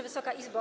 Wysoka Izbo!